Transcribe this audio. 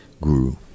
guru